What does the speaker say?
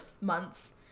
months